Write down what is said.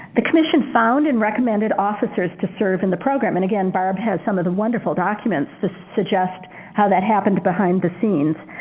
the commission found and recommended officers to serve in the program. and again, barb has some of the wonderful documents that suggest how that happened behind the scenes.